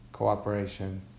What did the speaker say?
cooperation